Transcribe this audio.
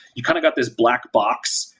you kind of got this blackbox.